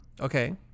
Okay